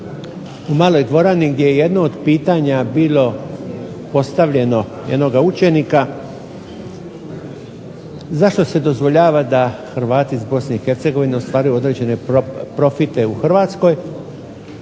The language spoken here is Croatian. u maloj dvorani gdje je jedno od pitanja bilo postavljeno od jednoga učenika zašto se dozvoljava da Hrvati iz BiH ne ostvaruju određene profite u Hrvatskoj